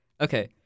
Okay